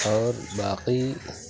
اور باقی